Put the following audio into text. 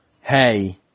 hey